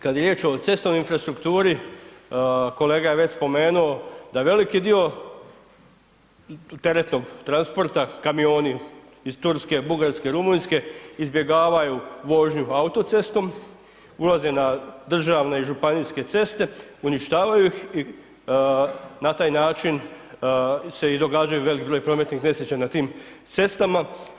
Kada je riječ o cestovnoj infrastrukturi, kolega je već spomenuo da veliki dio teretnog transporta, kamioni iz Turske, Bugarske, Rumunjske izbjegavaju vožnju autocestom, ulaze na državne i županijske ceste, uništavaju ih i na taj način se i događaju veliki broj prometnih nesreća na tim cestama.